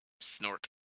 Snort